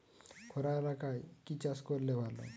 খরা এলাকায় কি চাষ করলে ভালো?